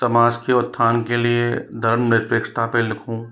समाज के उत्थान के लिए धर्म निरपेक्षता पर लिखूँ